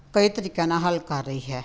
ਕਈ ਤਰੀਕਿਆਂ ਨਾਲ ਹੱਲ ਕਰ ਰਹੀ ਹੈ